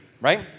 right